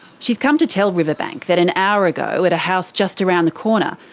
she's come to tell riverbank that an hour ago, at a house just around the corner,